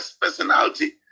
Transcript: personality